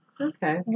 Okay